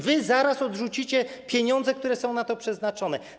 Wy zaraz odrzucicie pieniądze, które są na to przeznaczone.